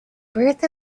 birth